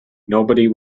nobody